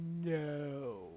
no